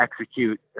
execute